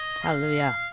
hallelujah